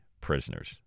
prisoners